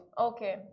okay